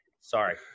Sorry